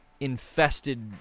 infested